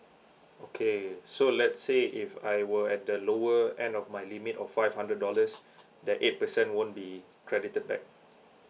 okay so let's say if I were at the lower end of my limit of five hundred dollars that eight percent won't be credited back